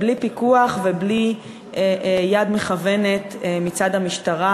בלי פיקוח ובלי יד מכוונת מצד המשטרה